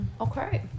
Okay